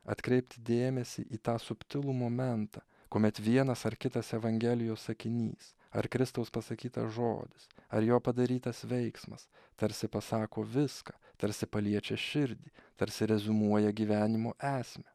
atkreipti dėmesį į tą subtilų momentą kuomet vienas ar kitas evangelijos sakinys ar kristaus pasakytas žodis ar jo padarytas veiksmas tarsi pasako viską tarsi paliečia širdį tarsi reziumuoja gyvenimo esmę